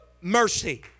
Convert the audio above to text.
mercy